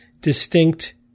distinct